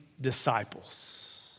disciples